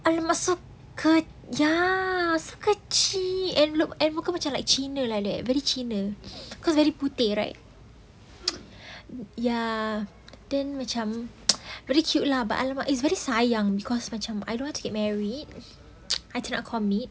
!alamak! so cur~ ya so kecil and look and muka macam like cina like that very cina cause very putih right ya then macam very cute lah but !alamak! it's very sayang because macam I don't want to get married I cannot commit